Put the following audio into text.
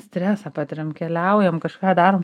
stresą patiriam keliaujam kažką darom